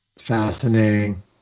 fascinating